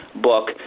book